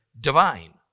divine